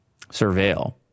surveil